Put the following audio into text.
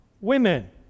women